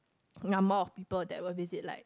the amount of people that will visit like